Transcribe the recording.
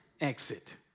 exit